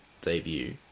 debut